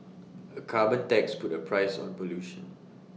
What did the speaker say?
A carbon tax puts A price on pollution